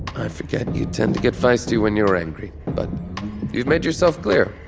i forget you tend to get feisty when you're angry. but you've made yourself clear.